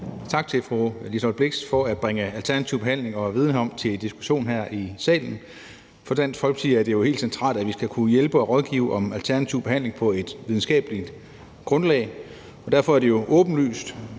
Tak til fru Liselott Blixt for at bringe alternativ behandling og viden herom til diskussion her i salen. For Dansk Folkeparti er det jo helt centralt, at vi skal kunne hjælpe og rådgive om alternativ behandling på et videnskabeligt grundlag, og derfor er der jo et åbenlyst